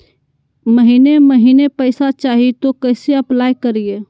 महीने महीने पैसा चाही, तो कैसे अप्लाई करिए?